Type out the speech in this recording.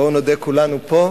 בואו נודה כולנו פה,